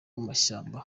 amashyamba